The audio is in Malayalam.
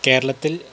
കേരളത്തിൽ